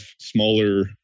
smaller